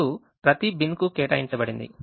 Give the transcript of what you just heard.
ఇప్పుడు ప్రతి బిన్కు కేటాయించబడింది